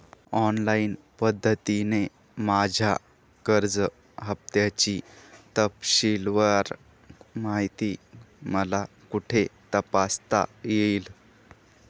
Online पद्धतीने माझ्या कर्ज हफ्त्याची तपशीलवार माहिती मला कुठे तपासता येईल?